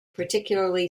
particularly